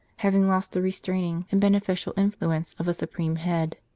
having lost the restraining and beneficial influence of a supreme head.